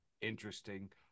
Interesting